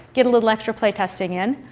get a little extra play-testing in.